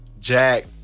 Jack